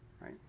right